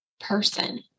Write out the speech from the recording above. person